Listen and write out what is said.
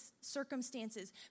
circumstances